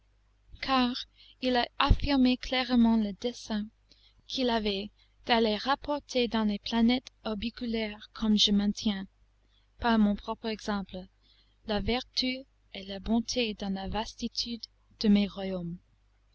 car il a affirmé clairement le dessein qu'il avait d'aller rapporter dans les planètes orbiculaires comment je maintiens par mon propre exemple la vertu et la bonté dans la vastitude de mes royaumes